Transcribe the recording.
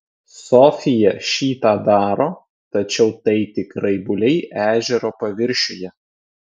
sofija šį tą daro tačiau tai tik raibuliai ežero paviršiuje